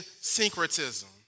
syncretism